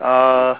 uh